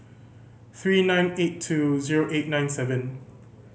three nine eight two zero eight nine seven